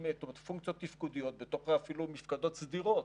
פונקציות תפקודיות בתוך אפילו מפקדות סדירות,